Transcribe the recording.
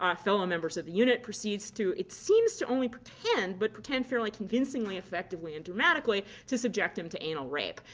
um fellow members of the unit proceeds to it seems to only pretend, but pretend fairly convincingly, effectively, and dramatically to subject him to anal rape.